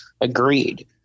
agreed